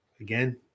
again